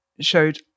showed